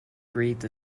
breathed